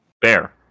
bear